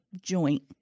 joint